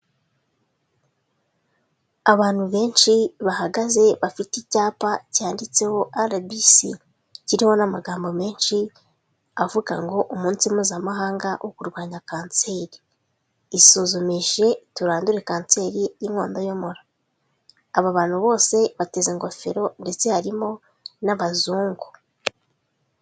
Abantu benshi bahagaze bafite icyapa cyanditseho rbc, kiriho n'amagambo menshi avuga ngo umunsi mpuzamahanga wo kurwanya kanseri. Isuzumishe turandure kanseri y'inkondo y'umura. Aba bantu bose bateze ingofero ndetse harimo n'abazungu.